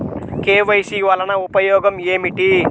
KYC వలన ఉపయోగం ఏమిటీ?